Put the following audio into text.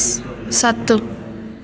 सत